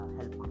Help